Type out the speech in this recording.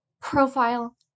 profile